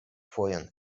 fojon